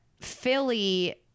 Philly